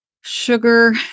sugar